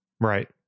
Right